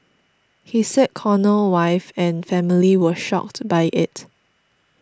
he said Cornell wife and family were shocked by it